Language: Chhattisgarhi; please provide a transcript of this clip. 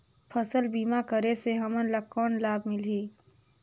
फसल बीमा करे से हमन ला कौन लाभ मिलही?